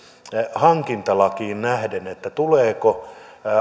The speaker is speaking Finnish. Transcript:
hankintalakiin nähden tuleeko vaikkapa